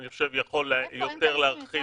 אני חושב שהוא יכול יותר להרחיב